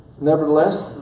Nevertheless